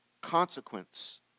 consequence